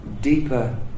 deeper